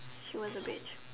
she was a bitch